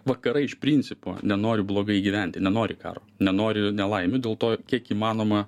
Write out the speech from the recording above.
vakarai iš principo nenori blogai gyventi nenori karo nenori nelaimių dėl to kiek įmanoma